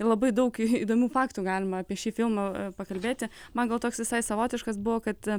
ir labai daug įdomių faktų galima apie šį filmą pakalbėti man gal toks visai savotiškas buvo kad